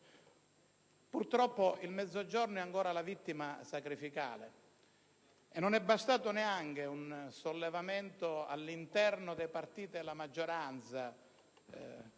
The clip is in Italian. Purtroppo il Mezzogiorno è ancora la vittima sacrificale; non è bastato neanche il sollevamento all'interno dei partiti della maggioranza,